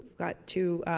got two